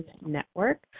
Network